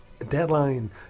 Deadline